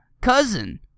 cousin